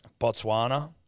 Botswana